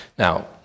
Now